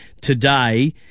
today